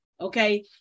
okay